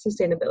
sustainability